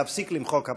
להפסיק למחוא כפיים.